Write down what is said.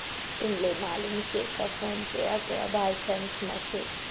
तुमले मालूम शे का फोन पे अकरा भाषांसमा शे